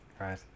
Right